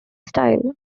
style